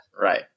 Right